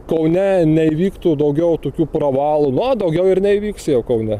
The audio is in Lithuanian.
kaune neįvyktų daugiau tokių pravalų na daugiau ir neįvyks jau kaune